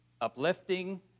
uplifting